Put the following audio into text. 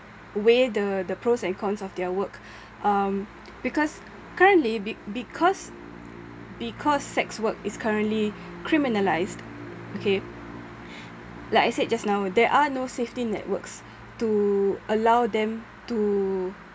weigh the the pros and cons of their work um because currently be~ because because sex work is currently criminalised okay like I said just now there are no safety networks to allow them to